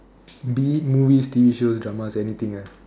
be it movies T_V shows dramas anything ah